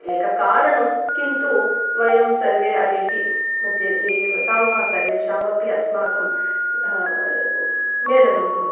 एकं कारणं किन्तु वयं सर्वे ऐऐटिमध्ये ये ये वसामः सर्वेषामपि अस्माकं मेलनं भवति